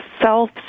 self